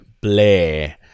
Blair